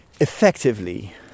effectively